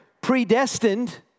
predestined